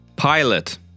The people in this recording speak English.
Pilot